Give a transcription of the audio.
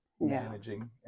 managing